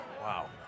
Wow